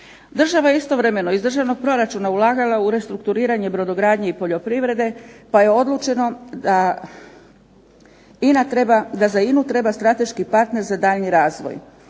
Država je istovremeno iz državnog proračuna ulagala u restrukturiranje brodogradnje i poljoprivrede pa je odlučeno da za INA-u treba strateški partner za daljnji razvoj.